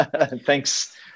Thanks